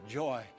joy